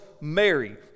Mary